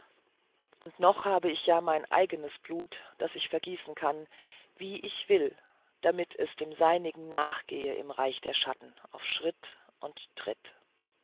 und noch habe ich ja mein eigenes blut das ich vergießen kann wie ich will damit es dem seinigen nachgehe im reich der schatten auf schritt und tritt